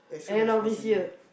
end of this year